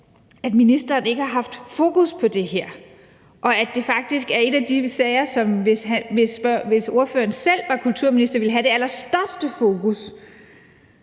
at ministeren ikke har haft fokus på det her, og at det faktisk var en af de sager, som han, hvis ordføreren selv var kulturministeren, ville have det allerstørste fokus